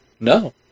No